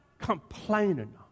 complaining